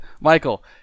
Michael